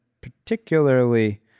particularly